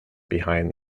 behind